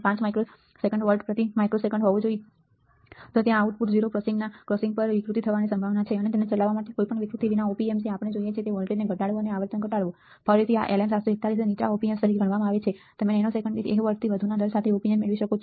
5 microsecond volt પ્રતિ microsecond હોવો જોઈએ તો ત્યાં આઉટપુટ 0 ક્રોસિંગના ક્રોસિંગ પર વિકૃતિ થવાની સંભાવના છે અને તેને ચલાવવા માટે કોઈપણ વિકૃતિ વિના op amp જે આપણને જોઈએ છે તે વોલ્ટેજ ઘટાડવું અને આવર્તન ઘટાડવું ફરીથી LM741 ને નીચા Op amp તરીકે ગણવામાં આવે છે તમે નેનોસેકન્ડ દીઠ 1 વોલ્ટથી વધુના દર સાથે Op amp મેળવી શકો છો